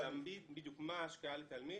-- מה ההשקעה לתלמיד.